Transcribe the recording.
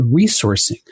resourcing